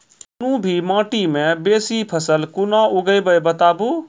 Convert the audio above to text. कूनू भी माटि मे बेसी फसल कूना उगैबै, बताबू?